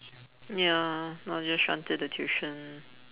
ya not just shun to the tuition